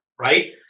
Right